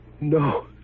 No